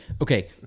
Okay